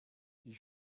die